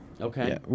Okay